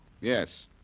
Yes